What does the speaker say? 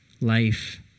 life